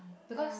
because